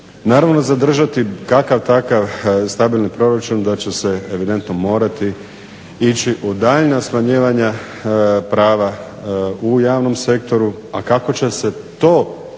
naravno zadržati kakav takav stabilni proračun da će se evidentno morati ići u daljnja smanjivanja prava u javnom sektoru, a kako će se to